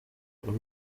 buri